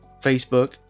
Facebook